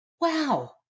wow